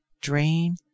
Drain